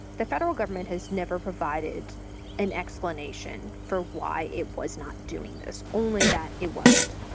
the federal government has never provided an explanation for why it was not doing this, only that it wasn't.